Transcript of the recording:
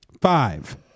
Five